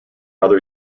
other